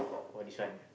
oh this one